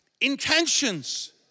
intentions